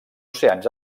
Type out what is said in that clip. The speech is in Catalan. oceans